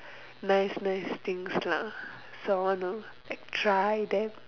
nice nice things lah so I want to like try that